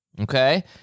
Okay